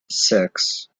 six